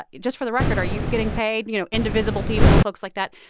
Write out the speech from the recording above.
just for the record, are you getting paid you know, indivisible people, folks like that?